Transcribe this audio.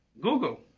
Google